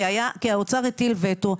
כי האוצר הטיל וטו.